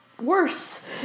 worse